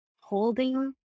holding